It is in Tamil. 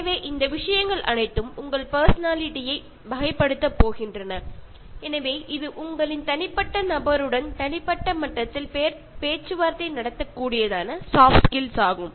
எனவே இந்த விஷயங்கள் அனைத்தும் உங்கள் பர்சனாலிட்டி யை வகைப்படுத்தப் போகின்றன எனவே இது உங்களின் தனிப்பட்ட நபருடன் தனிப்பட்ட மட்டத்தில் பேச்சுவார்த்தை நடத்தக்கூடியதான சாஃப்ட் ஆகும்